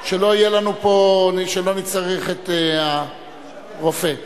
שלא נצטרך את הרופא.